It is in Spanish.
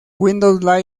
windows